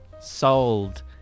sold